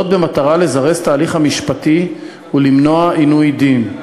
במטרה לזרז את ההליך המשפטי ולמנוע עינוי דין.